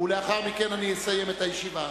ולאחר מכן אסיים את הישיבה.